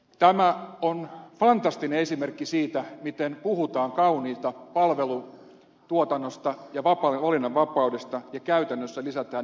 tämä on fantastinen esimerkki siitä miten puhutaan kauniita palvelutuotannosta ja valinnanvapaudesta ja käytännössä lisätään eriarvoisuutta